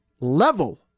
Level